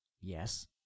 yes